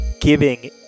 giving